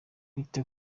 bite